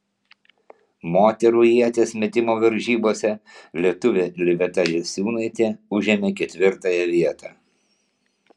moterų ieties metimo varžybose lietuvė liveta jasiūnaitė užėmė ketvirtąją vietą